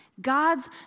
God's